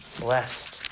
Blessed